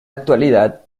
actualidad